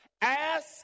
ask